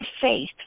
faith